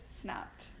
snapped